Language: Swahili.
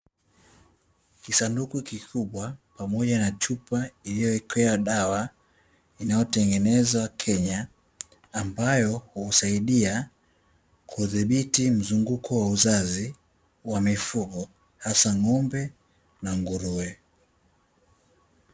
Kisanduku kikubwa, pamoja na chupa iliyowekewa dawa, inayotengenezwa Kenya, ambayo husaidia, kudhibiti mzunguko wa uzazi wa mifugo, hasa ng'ombe na nguruwe.